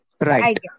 Right